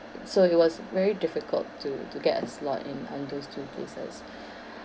so it was very difficult to to get a slot in um those two place